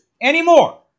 anymore